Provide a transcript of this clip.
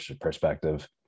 perspective